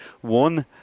one